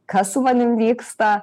kas su manim vyksta